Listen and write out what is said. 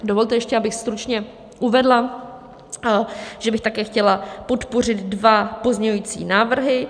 Dovolte ještě, abych stručně uvedla, že bych také chtěla podpořit dva pozměňovací návrhy.